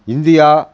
India